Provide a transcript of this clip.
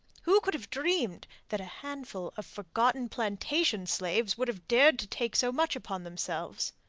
who could have dreamed that a handful of forgotten plantation-slaves would have dared to take so much upon themselves?